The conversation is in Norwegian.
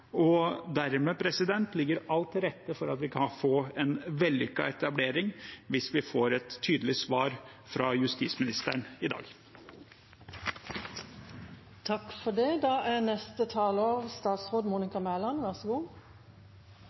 Dermed ligger alt til rette for å få en vellykket etablering hvis vi får et tydelig svar fra justisministeren i dag.